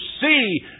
see